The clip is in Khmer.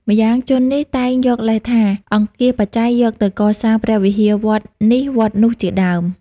ម្យ៉ាងជននេះតែងយកលេសថា អង្គាសបច្ច័យយកទៅកសាងព្រះវិហារវត្តនេះវត្តនោះជាដើម ។